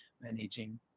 managing